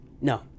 no